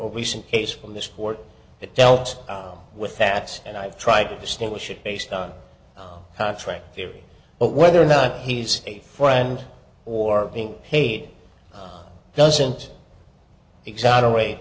over recent case from the sport that dealt with that and i've tried to distinguish it based on contract theory but whether or not he's a friend or being paid doesn't exonerate